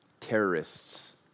terrorists